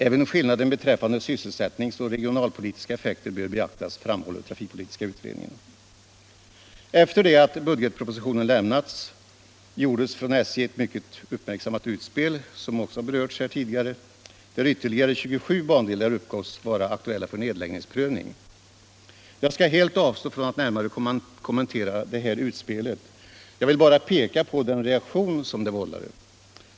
Även skillnaden beträffande sysselsättningsoch regionalpolitiska effekter bör beaktas, framhåller trafikpolitiska utredningen. Efter det att budgetpropositionen lämnats gjorde SJ ett mycket uppmärksammat utspel, som också har berörts här tidigare, där ytterligare 27 bandelar uppgavs vara aktuella för nedläggningsprövning. Jag skall helt avstå från att närmare kommentera detta utspel. Jag vill bara peka på den reaktion det vållade.